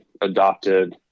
adopted